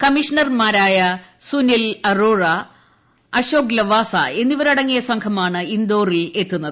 കമ്മീഷണർമാരായ സുനിൽ അറോറ അശോക് ലവാസ എന്നിവരടങ്ങിയ സംഘമാണ് ഇൻഡോറിലെത്തുന്നത്